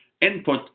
input